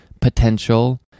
potential